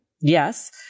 Yes